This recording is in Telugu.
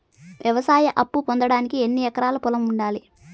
వ్యవసాయ అప్పు పొందడానికి ఎన్ని ఎకరాల పొలం ఉండాలి?